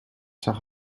zag